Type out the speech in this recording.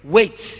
Wait